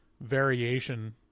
variation